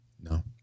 No